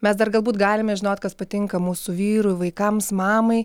mes dar galbūt galime žinot kas patinka mūsų vyrui vaikams mamai